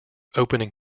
opening